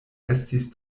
estis